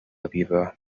abiba